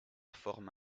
forme